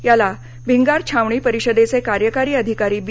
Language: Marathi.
याला भिंगार छावणी परिषदेचे कार्यकारी अधिकारी बी